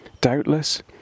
doubtless